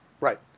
Right